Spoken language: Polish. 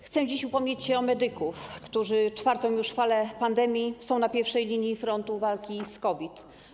Chcę dziś upomnieć się o medyków, którzy przy już czwartej fali pandemii są na pierwszej linii frontu walki z COVID.